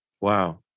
Wow